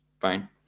fine